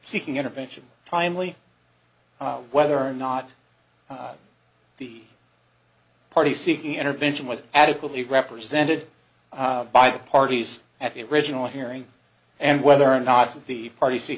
seeking intervention timely whether or not the party seeking intervention was adequately represented by the parties at the original hearing and whether or not the party